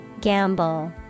Gamble